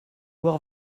voir